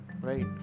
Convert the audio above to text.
right